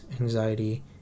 anxiety